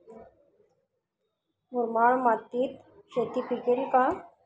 मुरमाड मातीत शेती पिकेल का?